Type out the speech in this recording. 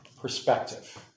perspective